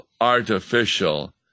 Artificial